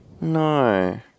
No